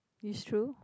is true